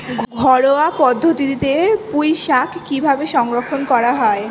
ঘরোয়া পদ্ধতিতে পুই শাক কিভাবে সংরক্ষণ করা হয়?